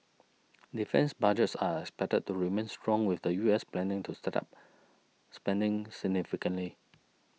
defence budgets are expected to remain strong with the U S planning to step up spending significantly